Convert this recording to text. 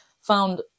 found